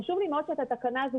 חשוב לי מאוד שהתקנה הזו,